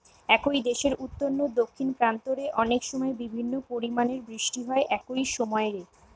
একই দেশের উত্তর নু দক্ষিণ প্রান্ত রে অনেকসময় বিভিন্ন পরিমাণের বৃষ্টি হয় একই সময় রে